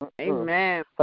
Amen